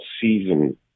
season